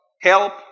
help